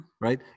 right